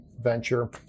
venture